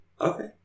Okay